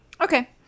okay